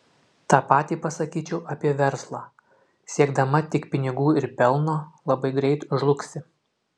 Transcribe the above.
tą patį pasakyčiau apie verslą siekdama tik pinigų ir pelno labai greit žlugsi